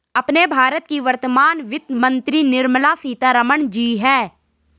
अपने भारत की वर्तमान वित्त मंत्री निर्मला सीतारमण जी हैं